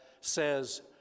says